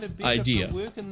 idea